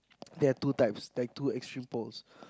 there are two types like two extreme poles